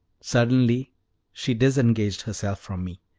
suddenly she disengaged herself from me.